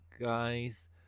guys